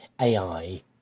AI